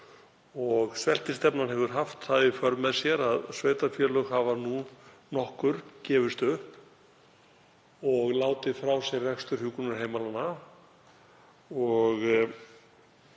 sveltistefnan hefur haft það í för með sér að sveitarfélög hafa nú nokkur gefist upp og látið frá sér rekstur hjúkrunarheimilanna.